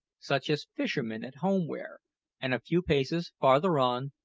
such as fishermen at home wear and a few paces farther on,